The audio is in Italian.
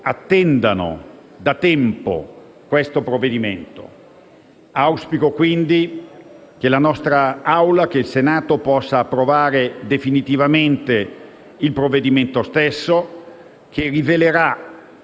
attendano da tempo questo provvedimento. Auspico quindi che il Senato possa approvare definitivamente il provvedimento stesso, che rivelerà